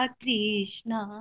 krishna